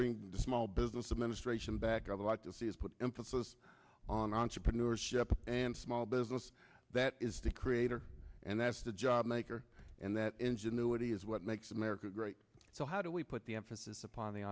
bring the small business administration back rather like to see is put emphasis on entrepreneurship and small business that is to create or and that's the job maker and that ingenuity is what makes america great so how do we put the emphasis upon the